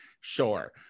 sure